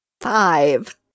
Five